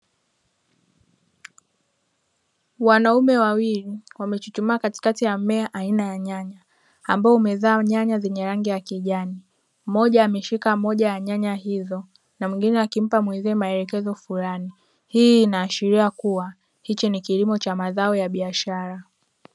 Wanaume wawili wamechuchumaa katikati ya mmea aina ya nyanya ambao umezaa nyanya zenye rangi ya kijani. Moja ameshika moja ya nyanya hizo na mwingine akimpa mwenzio maelekezo fulani. Hii inaashiria kuwa hicho ni kilimo cha mazao ya biashara.